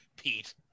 Pete